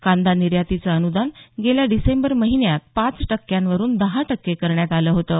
कांदा निर्यातीचं अनुदान गेल्या डिसेंबर महिन्यात पाच टक्क्यांवरून दहा टक्के करण्यात आलं होतं